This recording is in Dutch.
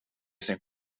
zijn